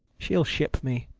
she'll ship me.